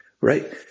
Right